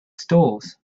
stalls